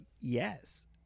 yes